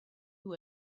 who